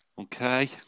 Okay